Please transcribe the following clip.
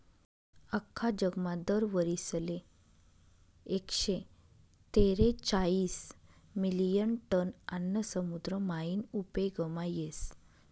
आख्खा जगमा दर वरीसले एकशे तेरेचायीस मिलियन टन आन्न समुद्र मायीन उपेगमा येस